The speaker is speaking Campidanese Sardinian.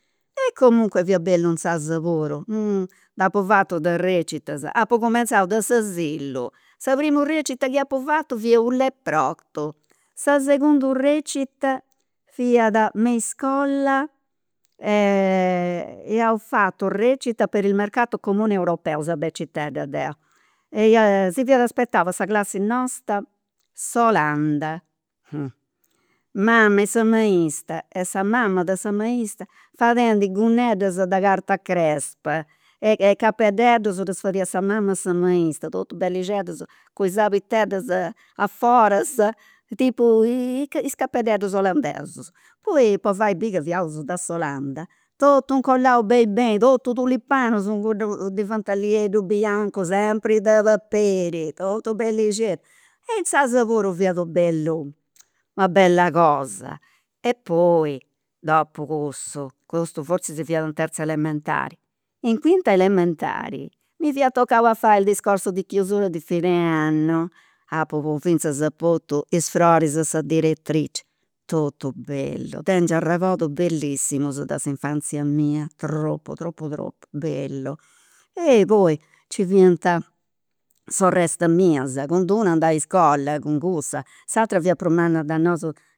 E comunque fiat bellu insaras puru, nd'apu fatu de recitas, apu cumentzau de s'asilu, sa primu recita chi apu fatu fia unu leprottu, sa segundu recita fiat me in iscola iaus fatu una recita per il mercato comune europeo, seu becitedda deu, e ia si fiat spettau a sa classi nostra s'Olanda, mama e sa maistra e sa mama de sa maistrafadendi gunneddas de carta crespa, e capededdus ddus fadiat sa mam'e sa maistra, totus bellixeddus, cun is abixeddas a foras tipu is capededdus olandesus, poi po fai biri ca fiaus de s'Olanda totu incollau beni beni totus tulipanus in cuddu divantalieddu biancu sempri de paperi, totu bellixeddu insaras puru fiat u' bellu una bella cosa e poi dopu cussu, custu fotzis fiat in terza elementari in quinta elementari mi fiat toccau a fai il discorso di chiusura di fine anno. Apu finzas aportu is froris a sa direttrice, totu bellu, tengiu arregordus bellissimus de s'infanzia mia, tropu tropu tropu, bellu. poi nci fiant sorrestas mias, cun d'una andà a iscola, cu cussa, s'atera fiat prus manna de nosu